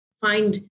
find